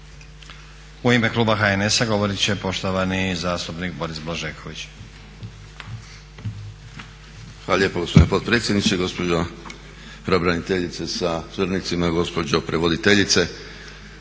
U ime kluba HNS-a govorit će poštovani zastupnik Boris Blažeković. **Blažeković, Boris (HNS)** Hvala lijepo gospodine potpredsjedniče, gospođo pravobraniteljice sa suradnicima, gospođo prevoditeljice,